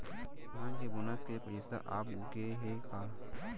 धान के बोनस के पइसा आप गे हे का?